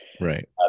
right